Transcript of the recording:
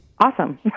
Awesome